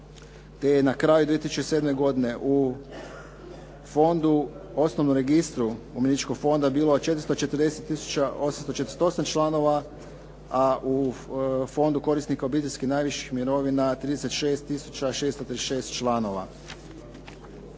na kraju 2007. godine u fondu osnovnom registru umirovljeničkog fonda bilo 440 tisuća 848 članova a u fondu korisnika obiteljskih najviših mirovina 36. tisuća 636 članova.